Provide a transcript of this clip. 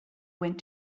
went